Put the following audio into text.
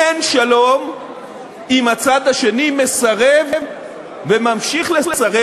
אין שלום אם הצד השני מסרב וממשיך לסרב